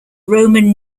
roman